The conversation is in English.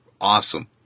awesome